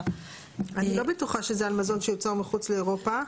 אני לא בטוחה שזה על מזון שיוצר מחוץ לאירופה.